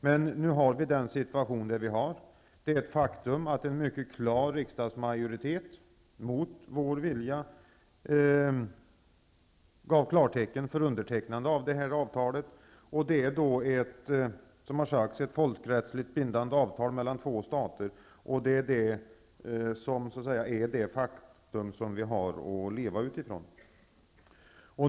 Men nu är situationen den den är. Det är ett faktum att en klar riksdagsmajoritet, mot vår vilja, gav klartecken för undertecknande av avtalet. Det är ett folkrättsligt bindande avtal mellan två stater, och det är det faktum vi har att leva med.